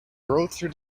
through